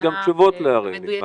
יש גם תשובות לאראל, יפעת.